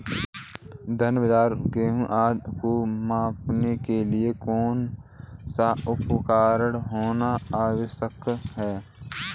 धान बाजरा गेहूँ आदि को मापने के लिए कौन सा उपकरण होना आवश्यक है?